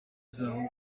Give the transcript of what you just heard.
zaho